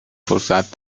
فرصت